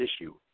issue